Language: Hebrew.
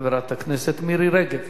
חברת הכנסת מירי רגב,